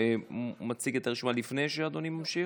מציג את הרשימה לפני שאדוני ממשיך?